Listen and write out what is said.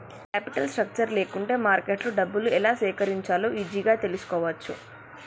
capital structure లేకుంటే మార్కెట్లో డబ్బులు ఎలా సేకరించాలో ఈజీగా తెల్సుకోవచ్చు